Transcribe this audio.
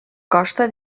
costa